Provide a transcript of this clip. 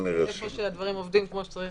איפה שהדברים עובדים כמו שצריך,